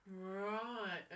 Right